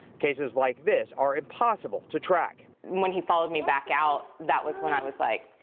cases like this are impossible to track. when when he followed me back out, that was when i was like,